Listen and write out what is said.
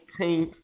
18th